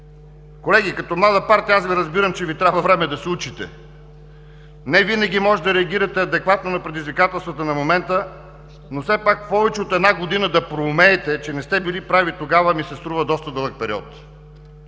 Колеги, като млада партия аз Ви разбирам, че Ви трябва време да се учите. Невинаги може да реагирате адекватно на предизвикателствата на момента, но все пак повече от една година да проумеете, че не сте били прави тогава, ми се струва доста дълъг период.